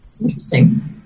Interesting